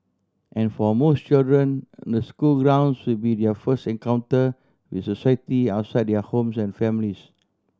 and for most children the school grounds should be their first encounter with society outside their homes and families